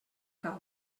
cau